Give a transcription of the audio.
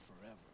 forever